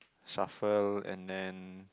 shuffle and then